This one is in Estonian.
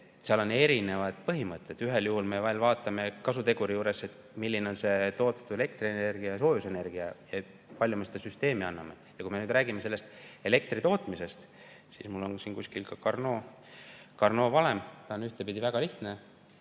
seal on erinevaid põhimõtted. Ühel juhul me vaatame kasuteguri puhul, milline on see toodetud elektrienergia ja soojusenergia, kui palju me seda süsteemi anname. Ja kui me nüüd räägime elektritootmisest, siis mul on siin kuskil Carnot' valem, mis on ühtpidi väga lihtne.